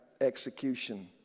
execution